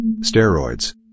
Steroids